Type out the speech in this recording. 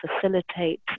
facilitate